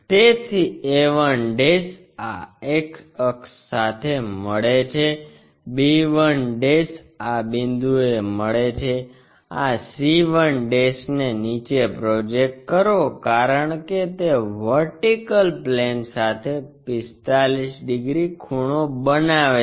તેથી a 1 આ x અક્ષ સાથે મળે છે b 1 આ બિંદુએ મળે છે આ c 1 ને નીચે પ્રોજેક્ટ કરો કારણ કે તે VP સાથે 45 ડિગ્રી ખૂણો બનાવે છે